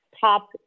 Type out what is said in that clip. top